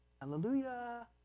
hallelujah